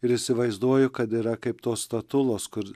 ir įsivaizduoju kad yra kaip tos statulos kur